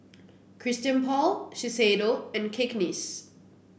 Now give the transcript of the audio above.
Christian Paul Shiseido and Cakenis